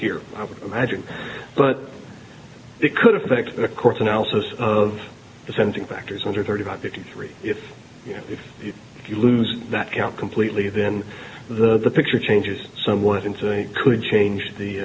here i would imagine but it could affect a court analysis of the sensing factors under thirty five fifty three if you know if you lose that count completely then the picture changes somewhat into a could change the